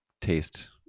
taste